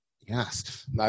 Yes